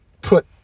put